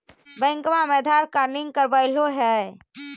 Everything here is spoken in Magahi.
बैंकवा मे आधार कार्ड लिंक करवैलहो है?